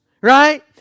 right